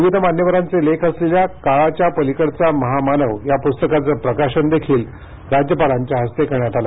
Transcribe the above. विविध मान्यवरांचे लेख असलेल्या काळाच्या पलीकडचा महामानव या पुस्तकाचं प्रकाशन देखील राज्यपालांच्या हस्ते करण्यात आलं